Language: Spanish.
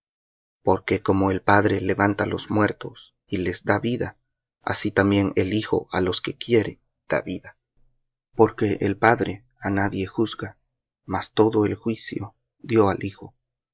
porque como el padre levanta los muertos y les da vida así también el hijo á los que quiere da vida porque el padre á nadie juzga mas todo el juicio dió al hijo